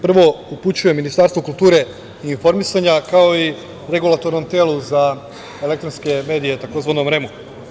Prvo upućujem Ministarstvu kulture i informisanja, kao i Regulatornom telu za elektronske medije, tzv. REM-u.